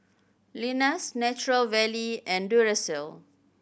Lenas Nature Valley and Duracell